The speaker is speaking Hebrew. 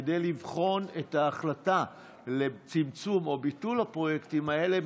כדי לבחון מחדש את ההחלטה לצמצום או ביטול הפרויקטים האלה,